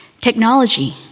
Technology